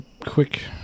quick